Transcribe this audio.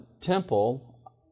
temple